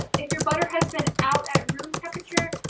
if your butter has been out at room temperature,